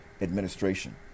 administration